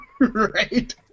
Right